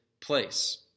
place